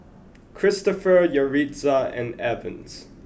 Cristopher Yaritza and Evans